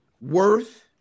worth